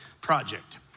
project